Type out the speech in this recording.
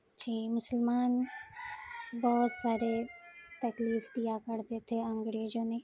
جی مسلمان بہت سارے تکلیف دیا کرتے تھے انگریزوں نے